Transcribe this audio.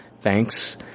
thanks